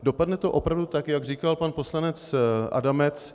Dopadne to opravdu tak, jak říkal pan poslanec Adamec.